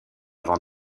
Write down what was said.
avant